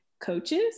coaches